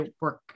work